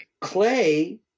clay